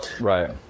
Right